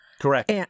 Correct